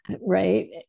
right